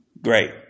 Great